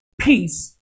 peace